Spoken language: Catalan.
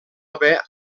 haver